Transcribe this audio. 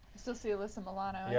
so so alyssa milano yeah